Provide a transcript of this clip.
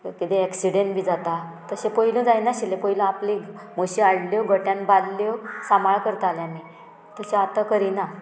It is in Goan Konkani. किदेंय एक्सिडेंट बी जाता तशें पयल्यो जायनाशिल्लें पयलू आपली म्हशीं हाडल्यो गोट्यान बांदल्यो सांबाळ करताले आमी तशें आतां करिना